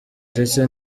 ndetse